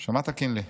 שמעת, קינלי?